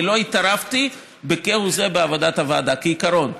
אני לא התערבתי כהוא זה בעבודת הוועדה, כעיקרון.